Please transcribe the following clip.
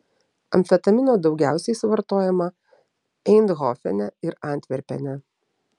amfetamino daugiausiai suvartojama eindhovene ir antverpene